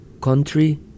country